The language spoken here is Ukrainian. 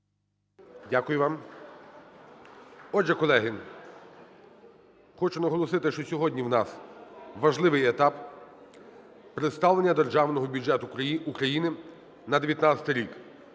Дякую вам. Отже, колеги, хочу наголосити, що сьогодні у нас важливий етап,:представлення Державного бюджету України на 19-й рік.